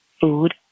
food